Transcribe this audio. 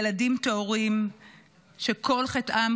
ילדים טהורים שכל חטאם,